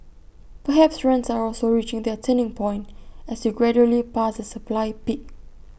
perhaps rents are also reaching their turning point as we gradually pass the supply peak